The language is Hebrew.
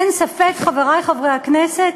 אין ספק, חברי חברי הכנסת,